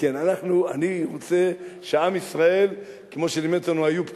אני רוצה שעם ישראל, כמו שלימד אותנו איוב קרא,